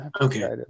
Okay